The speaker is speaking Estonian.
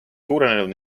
suurenenud